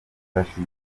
hashize